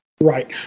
Right